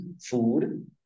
food